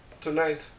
tonight